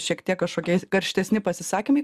šiek tiek kažkokie karštesni pasisakymai